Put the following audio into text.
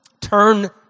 Turn